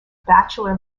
bachelor